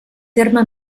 terme